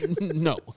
No